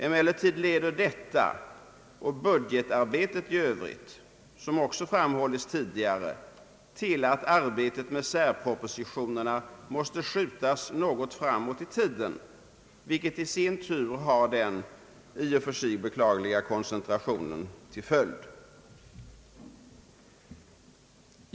Emellertid leder detta och — vilket också framhållits tidigare — budgetar betet i övrigt till att arbetet med särpropositionerna måste flyttas något framåt i tiden, vilket i sin tur har den i och för sig beklagliga koncentrationen till följd.